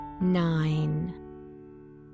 Nine